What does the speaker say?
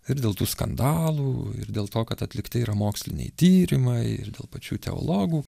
ir dėl tų skandalų ir dėl to kad atlikti yra moksliniai tyrimai ir dėl pačių teologų